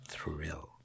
Thrill